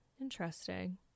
Interesting